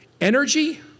energy